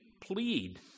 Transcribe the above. plead